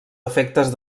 efectes